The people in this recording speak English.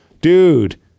Dude